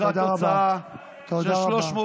מבחינתנו יש לנו תקרת הוצאה של 300,